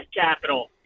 capital